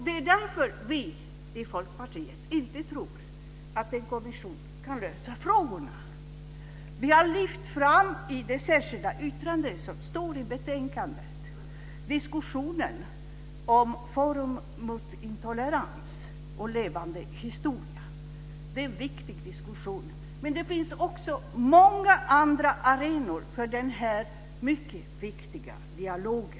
Det är därför som vi i Folkpartiet inte tror att en kommission kan lösa dessa frågor. I vårt särskilda yttrande till betänkandet har vi lyft fram diskussionen om former för arbetet mot intolerans och för levande historia. Det är en viktig diskussion. Men det finns också många andra arenor för denna mycket viktiga dialog.